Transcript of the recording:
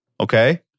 Okay